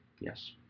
Yes